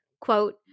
Quote